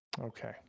Okay